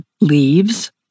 leaves